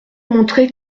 montrer